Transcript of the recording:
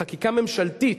חקיקה ממשלתית,